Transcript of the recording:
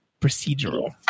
procedural